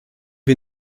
wir